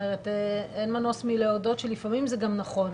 אין מנוס מלהודות שלפעמים זה גם נכון.